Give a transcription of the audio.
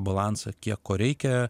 balansą kiek ko reikia